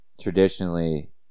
traditionally